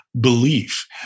belief